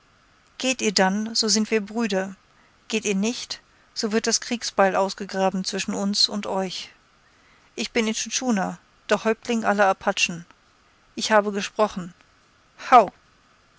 geht ihr dann so sind wir brüder geht ihr nicht so wird das kriegsbeil ausgegraben zwischen uns und euch ich bin intschu tschuna der häuptling aller apachen ich habe gesprochen